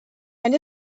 and